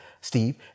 Steve